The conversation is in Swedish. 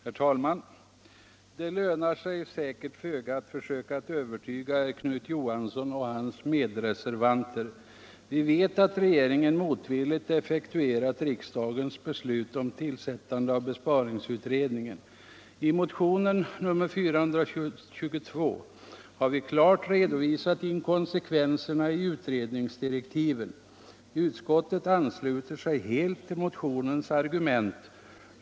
Herr talman! Det lönar sig säkert föga att försöka övertyga herr Knut Johansson i Stockholm och hans medreservanter. Vi vet att regeringen motvilligt har effektuerat riksdagens beslut om tillsättande av besparingsutredningen. I motionen 422 har klart redovisats inkonsekvenserna i utredningsdirektiven, och utskottet har helt anslutit sig till motionens argument.